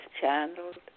channeled